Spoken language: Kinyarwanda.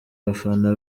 abafana